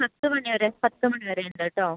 പത്ത് മണിവരെ പത്ത് മണിവരെയുണ്ട് കേട്ടോ